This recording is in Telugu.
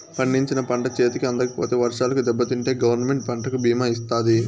పండించిన పంట చేతికి అందకపోతే వర్షాలకు దెబ్బతింటే గవర్నమెంట్ పంటకు భీమా ఇత్తాది